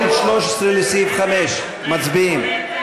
הסתייגות 13, לסעיף 5, מצביעים.